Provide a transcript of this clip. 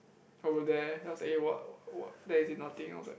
over there then I was like eh what what what there is nothing else eh